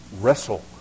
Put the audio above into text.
wrestle